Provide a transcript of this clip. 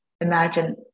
imagine